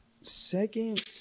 second